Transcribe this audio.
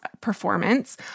performance